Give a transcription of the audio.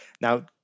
Now